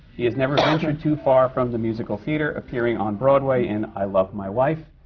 he has never ventured too far from the musical theatre, appearing on broadway in i love my wife,